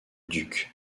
duc